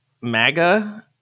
MAGA